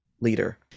leader